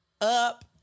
up